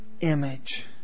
image